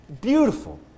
Beautiful